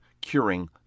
curing